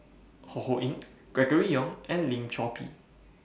Ho Ho Ying Gregory Yong and Lim Chor Pee